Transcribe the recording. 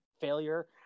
failure